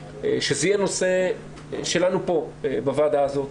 שזה יהיה נושא שלנו פה בוועדה הזאת.